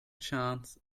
chance